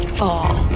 fall